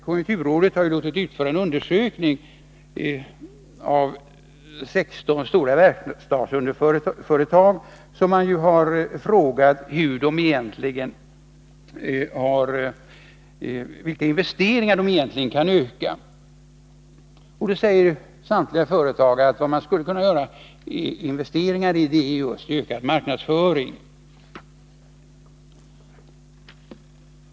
Konjunkturrådet har låtit utföra en intervju med 16 stora verkstadsföretag, som man har frågat vilka investeringar de egentligen kan öka. Samtliga företag säger att vad man skulle kunna investera i är just ökad marknadsföring.